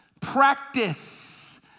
practice